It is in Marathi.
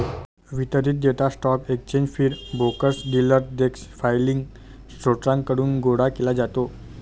वितरित data stock exchange feed, brokers, dealer desk filing स्त्रोतांकडून गोळा केला जातो